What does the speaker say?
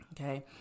okay